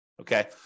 okay